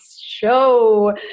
show